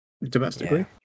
Domestically